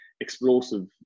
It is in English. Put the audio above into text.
explosive